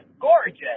Gorgeous